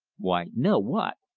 why, no. what?